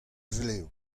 vlev